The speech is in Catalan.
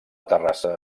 terrassa